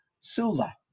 Sula